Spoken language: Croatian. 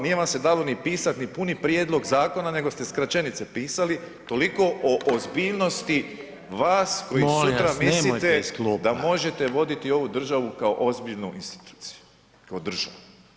Nije vam se dalo pisati ni puni prijedlog zakona nego ste skraćenice pisali, toliko o ozbiljnosti vas koji sutra mislite …... [[Upadica se ne čuje.]] [[Upadica Reiner: Molim vas, nemojte iz klupa.]] da možete voditi ovu državu kao ozbiljnu instituciju, kao državu.